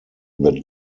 that